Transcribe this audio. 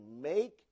make